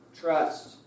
Trust